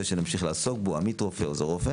שנמשיך לעסוק בו עמית רופא או עוזר רופא